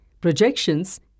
projections